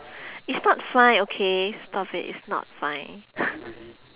it's not fine okay stop it it's not fine